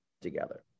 together